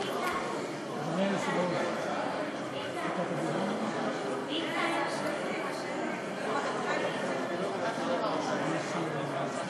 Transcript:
אני מתכבד להביא בפני הכנסת לקריאה שנייה ולקריאה שלישית את הצעת חוק